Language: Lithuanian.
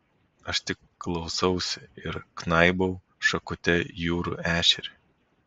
aš tik klausausi ir knaibau šakute jūrų ešerį